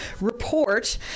report